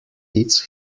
its